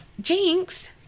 Jinx